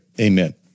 amen